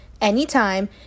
anytime